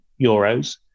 euros